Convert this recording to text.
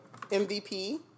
MVP